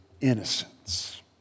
innocence